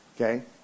Okay